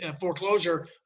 foreclosure